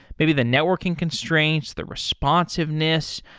maybe the networking constraints, the responsiveness,